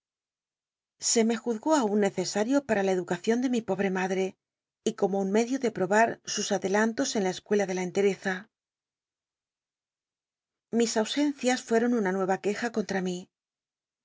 se me juzgó aun necesario para la ed ucacion de mi pobre nwdre y como un medio de probar sus adelan tos en la escuela de la entereza lis ausencias fueron una nueva queja contra mi